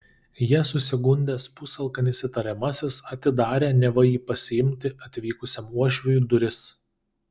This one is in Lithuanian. ja susigundęs pusalkanis įtariamasis atidarė neva jį pasiimti atvykusiam uošviui duris